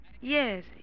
Yes